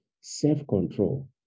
Self-control